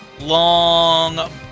Long